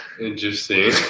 Interesting